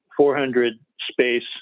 400-space